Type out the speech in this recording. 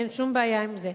אין שום בעיה עם זה.